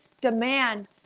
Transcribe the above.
demand